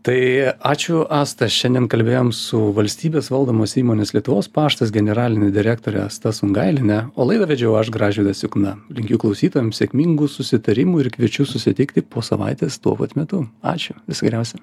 tai ačiū asta šiandien kalbėjom su valstybės valdomos įmonės lietuvos paštas generaline direktore asta sungailiene o laidą vedžiau aš gražvydas jukna linkiu klausytojam sėkmingų susitarimų ir kviečiu susitikti po savaitės tuo pat metu ačiū viso geriausio